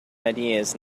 ideas